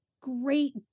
great